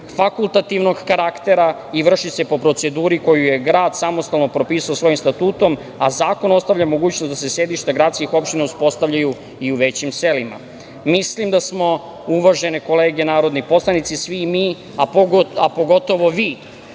fakultativnog karaktera i vrši se po proceduri koju je grad samostalno propisao svojim statutom, a zakon ostavlja mogućnost da se sedišta gradskih opština uspostavljaju i u većim selima. Mislim da smo, uvažene kolege narodni poslanici, svi mi, a pogotovo vi